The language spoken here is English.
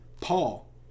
Paul